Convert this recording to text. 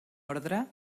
orde